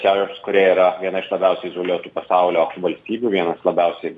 šiaurės korėja yra viena iš labiausiai izoliuotų pasaulio valstybių vienas labiausiai